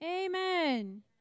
Amen